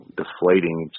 deflating